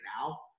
now